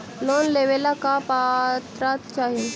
Loan लेवेला का पात्रता चाही?